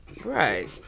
Right